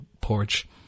porch